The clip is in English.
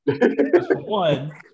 One